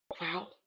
Wow